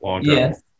Yes